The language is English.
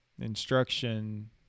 instruction